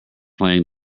playing